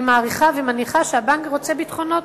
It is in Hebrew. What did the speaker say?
אני מעריכה ומניחה שהבנק רוצה ביטחונות